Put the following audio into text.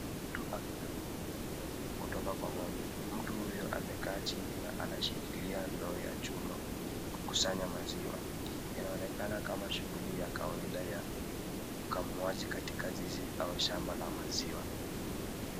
Mtu akikamua maziwa kutoka kwa ng'ombe. Mtu huyo amekaa chini na anashikilia ndoo yake ya chuma kukusanya maziwa. Inaonekana kama shughuli ya kawaida ya ukamuaji katika jiji au shamba la maziwa.